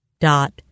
dot